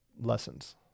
lessons